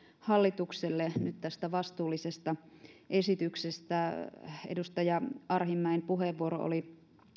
hallitukselle nyt tästä vastuullisesta esityksestä edustaja arhinmäen puheenvuoro oli